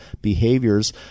behaviors